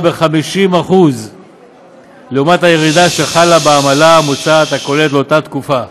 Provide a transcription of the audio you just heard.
בכ-50% מהירידה שחלה בעמלה הממוצעת הכוללת לאותה תקופה.